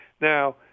Now